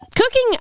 cooking